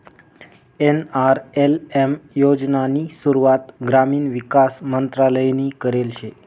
NRLM योजनानी सुरुवात ग्रामीण विकास मंत्रालयनी करेल शे